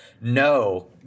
no